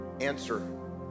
Answer